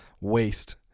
waste